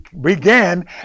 began